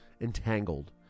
entangled